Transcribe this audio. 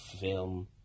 film